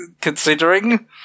considering